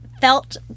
felt